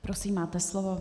Prosím, máte slovo.